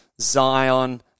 Zion